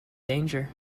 danger